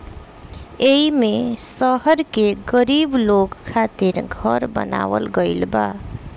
एईमे शहर के गरीब लोग खातिर घर बनावल गइल बा